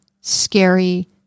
scary